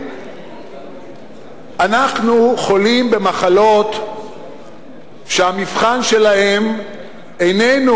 אנחנו חולים במחלות שהמבחן שלהן איננו